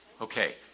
Okay